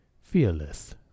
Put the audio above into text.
fearless